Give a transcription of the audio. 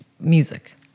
music